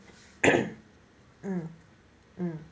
mm mm